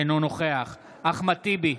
אינו נוכח אחמד טיבי,